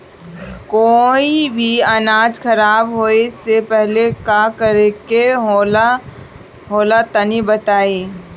कोई भी अनाज खराब होए से पहले का करेके होला तनी बताई?